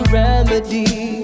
remedy